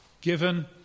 given